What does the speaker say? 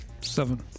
Seven